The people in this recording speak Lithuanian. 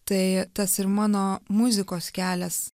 tai tas ir mano muzikos kelias